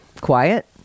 quiet